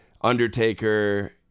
Undertaker